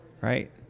Right